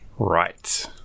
Right